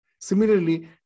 Similarly